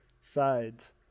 sides